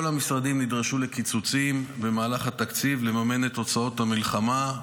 כל המשרדים נדרשו לקיצוצים במהלך התקציב לממן את הוצאות המלחמה.